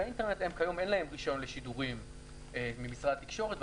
האינטרנט הם כיום אין להם רישיון לשידורים ממשרד התקשורת.